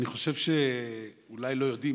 אני חושב שאולי לא יודעים,